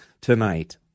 tonight